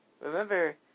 Remember